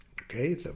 Okay